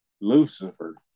lucifer